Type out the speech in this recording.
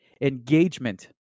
engagement